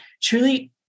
truly